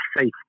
safe